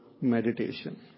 meditation